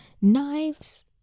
knives